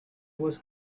was